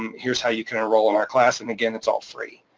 um here's how you can enroll in our class, and again, it's all free.